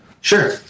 Sure